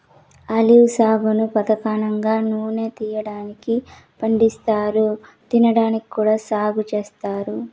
olive సాగును పధానంగా నూనె తీయటానికి పండిస్తారు, తినడానికి కూడా సాగు చేత్తారు